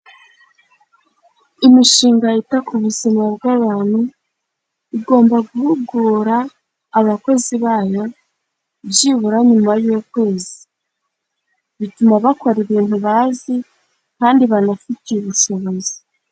Imishinga yita ku buzima bw'abantu igomba guhugura abakozi bayo byibura nyuma y'ukwezi. Bituma bakora ibintu bazi kandi banafitiye ubushobozi.